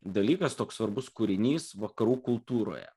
dalykas toks svarbus kūrinys vakarų kultūroje